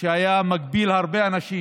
שהיה מגביל הרבה אנשים.